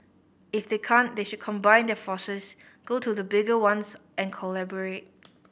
if they can't they should combine their forces go to the bigger ones and collaborate